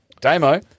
Damo